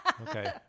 okay